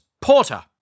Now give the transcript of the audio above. Porter